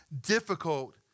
difficult